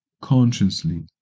consciously